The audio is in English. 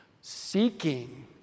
Seeking